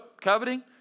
Coveting